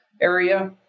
area